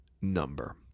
number